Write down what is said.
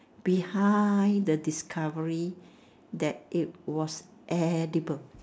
behind the discovery that it was edible